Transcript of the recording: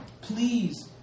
Please